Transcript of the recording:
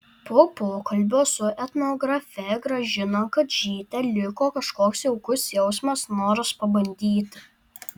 po pokalbio su etnografe gražina kadžyte liko kažkoks jaukus jausmas noras pabandyti